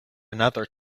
another